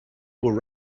were